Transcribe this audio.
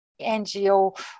NGO